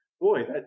boy